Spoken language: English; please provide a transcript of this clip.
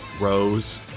rose